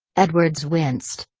edwards winced.